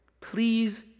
please